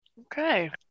Okay